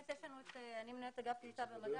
אני מנהלת אגף קליטה במדע,